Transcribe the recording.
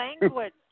language